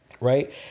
right